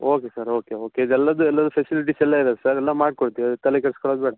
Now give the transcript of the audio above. okay sir okay okay ಇದು ಎಲ್ಲದು ಎಲ್ಲದು ಫೆಸಿಲಿಟಿಸ್ ಎಲ್ಲ ಇದೆ ಸರ್ ಎಲ್ಲ ಮಾಡಿಕೊಡ್ತಿವಿ ತಲೆ ಕೆಡಿಸ್ಕೊಳ್ಳೋದು ಬೇಡ